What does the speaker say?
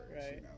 Right